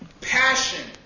passion